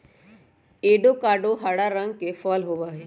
avocado हरा रंग के फल होबा हई